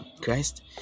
Christ